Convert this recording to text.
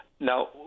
Now